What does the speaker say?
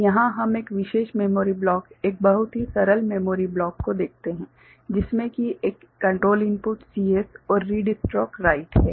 तो यहाँ हम एक विशेष मेमोरी ब्लॉक एक बहुत ही सरल मेमोरी ब्लॉक को देखते हैं जिसमे कि एक कंट्रोल इनपुट CS और रीड स्ट्रोक राइट हैं